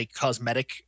cosmetic